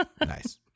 Nice